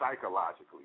psychologically